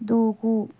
దూకు